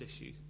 issue